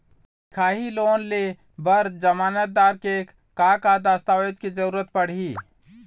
दिखाही लोन ले बर जमानतदार के का का दस्तावेज के जरूरत पड़ही?